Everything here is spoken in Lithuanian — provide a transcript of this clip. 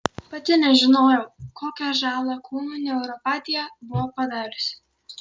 pati nežinojau kokią žalą kūnui neuropatija buvo padariusi